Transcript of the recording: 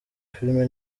filime